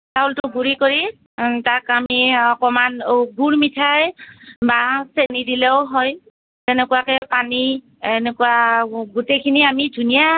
চাউলটো গুৰি কৰি তাক আমি অকণমান গুৰ মিঠাই বা চেনী দিলেও হয় তেনেকুৱাকে পানী এনেকুৱা গোটেইখিনি আমি ধুনীয়াকৈ